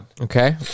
Okay